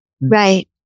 Right